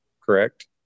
correct